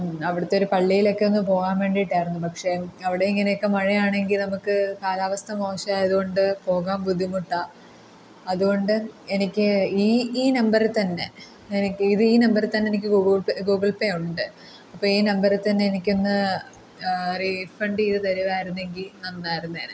അവിടുത്തെ ഒരു പള്ളിയിലൊക്കെ ഒന്ന് പോകാൻ വേണ്ടിയിട്ടാരുന്നു പക്ഷേ അവിടെ ഇങ്ങനെയൊക്കെ മഴയാണങ്കിൽ നമുക്ക് കാലാവസ്ഥ മോശമായത് കൊണ്ട് പോകാൻ ബുദ്ധിമുട്ടാ അത് കൊണ്ട് എനിക്ക് ഈ ഈ നമ്പറിൽ തന്നെ എനിക്ക് ഇത് ഈ നമ്പറിൽ തന്നെ എനിക്ക് ഗൂഗിൾ പേ ഗൂഗിൾ പേ ഉണ്ട് അപ്പം ഈ നമ്പറിൽ തന്നെ എനിക്ക് ഒന്ന് റീഫണ്ട് ചെയ്ത് തരുമായിരുന്നെങ്കിൽ നന്നായിരുന്നേനെ